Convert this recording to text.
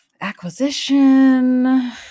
acquisition